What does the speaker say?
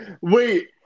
Wait